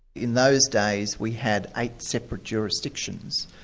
in those days we had eight separate jurisdictions,